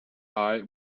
eye